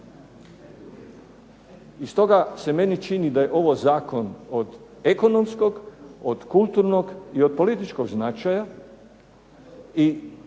I stoga se meni čini da je ovo zakon od ekonomskog, od kulturnog i od političkog značaja i cijeli